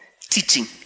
teaching